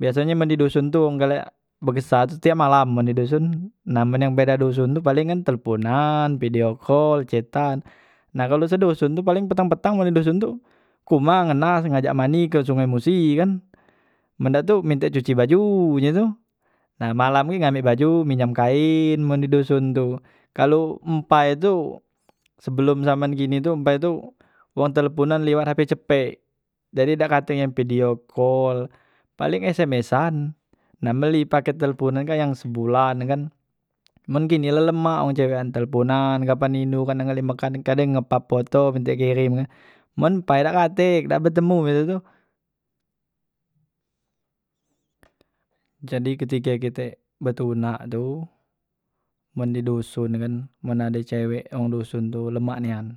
Biasonye men di duson tu wong galak begesah tu tiap malam men di duson nah men beda duson tu paling kan telponan, pideo kol, chatan nah kalu se duson tu paleng petang petang men di duson tu ke humah ngenal ngajak mandi ke sungai musi kan men dak tu minta cuci baju he tu nah malam ge ambek baju pinjam kaen men di duson tu, kalu empai tu sebelum zamam gini tu empai tu wong telponan lewat hp cepek jadi dak katek yang pideo kol, paling smsan, na mbeli paket telponan kak yang sebulan na kan men kini la lemak wong cewekan telponan kapan lindu kan nak ngeleng mekan kadeng ngepap poto minte kerem kan men mpai dak katek dak betemu itu tu jadi ketike kite betunak tu men di duson kan men ade cewe wong doson tu lemak nian